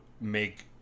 make